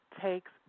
takes